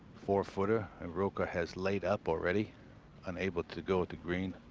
four-footer and rocca has laid up already unable to go to green.